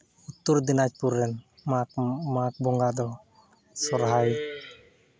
ᱩᱛᱛᱚᱨ ᱫᱤᱱᱟᱡᱽᱯᱩᱨ ᱨᱮᱱ ᱢᱟᱜᱽ ᱵᱚᱸᱜᱟ ᱫᱚ ᱥᱚᱦᱚᱨᱟᱭ